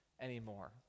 anymore